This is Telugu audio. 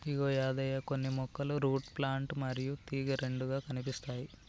ఇగో యాదయ్య కొన్ని మొక్కలు రూట్ ప్లాంట్ మరియు తీగ రెండుగా కనిపిస్తాయి